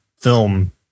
film